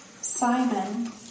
Simon